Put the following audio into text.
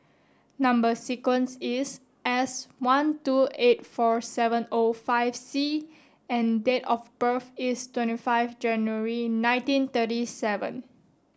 number sequence is S one two eight four seven O five C and date of birth is twenty five January nineteen thirty seven